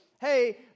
hey